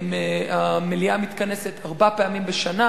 המליאה מתכנסת ארבע פעמים בשנה: